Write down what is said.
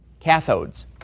cathodes